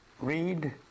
read